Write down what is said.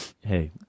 Hey